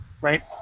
right